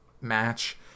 match